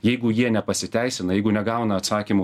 jeigu jie nepasiteisina jeigu negauna atsakymų